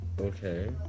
Okay